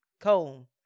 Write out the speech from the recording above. comb